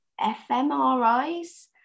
fMRIs